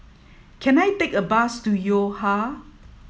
can I take a bus to Yo Ha